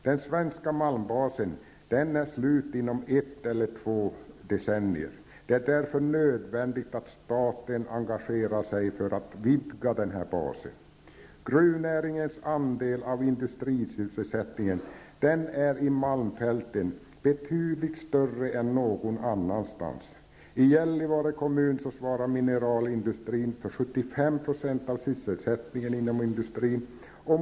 Den svenska malmbasen kommer att vara slut inom ett eller två decennier. Det är därför nödvändigt att staten engagerar sig för att vidga basen. Gruvnäringens andel av industrisysselsättningen är betydligt större i malmfälten än någon annanstans. 75 % av industrisysselsättningen.